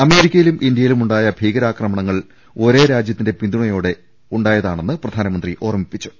അമേരിക്കയിലും ഇന്ത്യയിലും ഉണ്ടായ ഭീകരാക്രമണങ്ങൾ ഒരേ രാജ്യത്തിന്റെ പിന്തുണ യോടെ ഉണ്ടായതാണെന്ന് പ്രധാനമന്ത്രി ഓർമ്മിപ്പിച്ചു